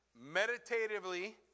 meditatively